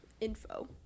info